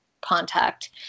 contact